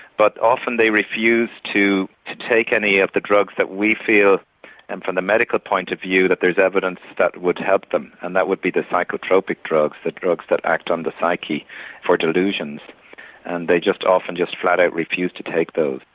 but often they refuse to take any of the drugs that we feel and from the medical point of view that there's evidence that would help them and that would be the psychotropic drugs, the drugs that act on the psyche for delusions and they often just flat out refuse to take those.